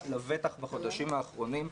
לבטח בחודשים האחרונים.